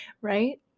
right